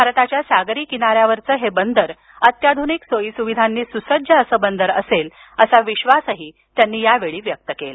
भारताच्या सागरी किनाऱ्यावरचं हे बंदर अत्याधुनिक सोयी सुविधांनी सुसज्ज असं बंदर असेल असा विश्वासही त्यांनी यावेळी व्यक्त केला